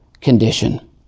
condition